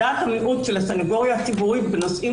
דעת המיעוט של הסניגוריה הציבורית בנושאים